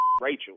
Rachel